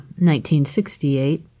1968